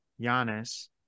Giannis